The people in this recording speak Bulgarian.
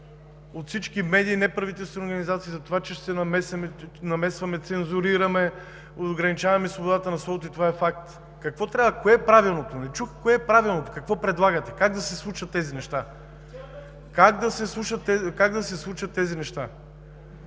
от всички медии и неправителствени организации за това, че се намесваме, цензурираме, ограничаваме свободата на словото и това е факт. Кое е правилното? Не чух кое е правилното? Какво предлагате? Как да се случат тези неща? АНТОН КУТЕВ (БСП за